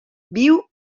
viu